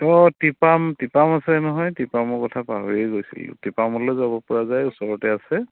অঁ টিপাম টিপাম আছে নহয় টিপামৰ কথা পাহৰিয়ে গৈছিলোঁ টিপামলৈ যাবপৰা যায় ওচৰতে আছে